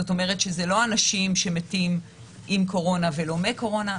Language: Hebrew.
זאת אומרת שאלה לא אנשים שמתים עם קורונה ולא מקורונה.